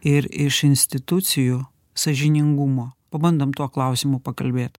ir iš institucijų sąžiningumo pabandom tuo klausimu pakalbėt